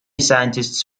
scientists